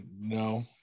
No